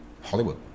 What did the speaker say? Hollywood